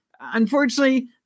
unfortunately